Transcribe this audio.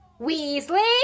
Weasley